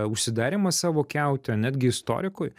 užsidarymas savo kiaute netgi istorikui